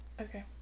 Okay